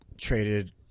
traded